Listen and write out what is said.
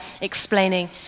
explaining